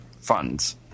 funds